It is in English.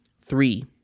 three